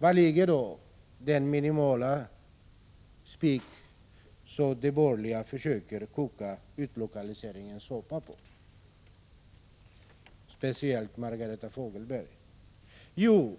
Var finns då den minimala spik som de borgerliga försöker koka utlokaliseringens soppa på, speciellt Margareta Fogelberg? Jo,